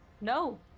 No